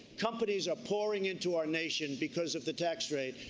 companies are pouring into our nation because of the tax rate.